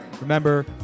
Remember